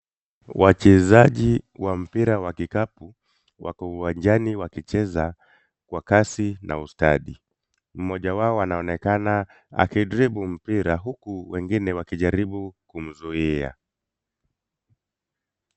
Wachezaji wa mpira wa kikapu wako uwanjani wakicheza kwa kasi na ustadi. Mmoja wao anaonekana akidribble mpira huku wengine wakijaribu kumzuia.